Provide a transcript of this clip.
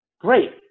great